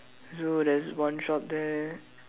no there's one shop there